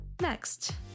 Next